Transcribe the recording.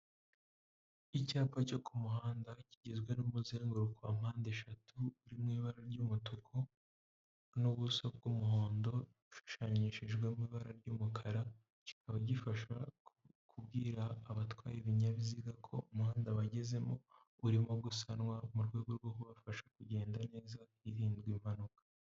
Icyapa cyo ku muhanda kigizwe n'umuzenguruko wa mpande eshatu uri mu ibara ry'umutuku n'ubuso bw'umuhondo, ushushanyishijwemo ibara ry'umukara kikaba gifasha kubwira abatwaye ibinyabiziga ko umuhanda bagezemo urimo gusanwa mu rwego rwo kubafasha kugenda neza hirindwa impanuka.